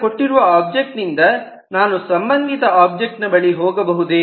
ಈಗ ಕೊಟ್ಟಿರುವ ಒಬ್ಜೆಕ್ಟ್ ನಿಂದ ನಾನು ಸಂಬಂಧಿತ ಒಬ್ಜೆಕ್ಟ್ ನ ಬಳಿ ಹೋಗಬಹುದೆ